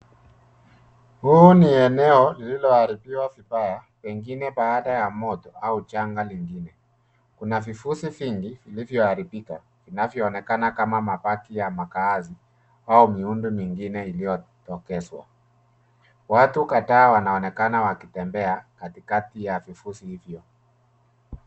Huu ni eneo lililoharibiwa vibaya pengine baada ya moto au janga lingine. Kuna vifusi vingi vilivyo haribika vinavyoonekana kama mabati ya makaazi au miundo mingine iliyodokezwa. Watu kadhaa wanaonekana wakitembea katikati ya viifusi hivyo.